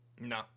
No